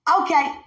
Okay